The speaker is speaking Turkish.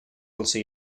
olsa